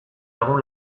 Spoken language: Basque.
egun